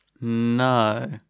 No